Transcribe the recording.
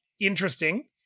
interesting